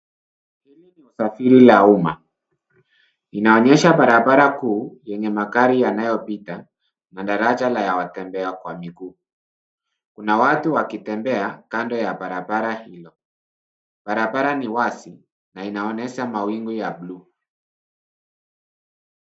Hili ni usafiri ya umma. Inaonyesha barabara kuu yenye magari yanaoyopita na daraja la watembea kwa miguu. Kuna watu wakitembea kando ya barabara hilo. Barabara ni wazi na inaonyesha mawingu ya buluu.